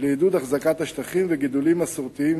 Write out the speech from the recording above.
לעידוד החזקת השטחים וגידולים מסורתיים